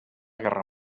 guerra